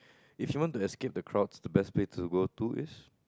if you want to escape the crowd the best place to go to is